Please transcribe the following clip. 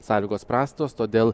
sąlygos prastos todėl